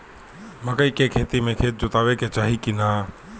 मकई के खेती मे खेत जोतावे के चाही किना?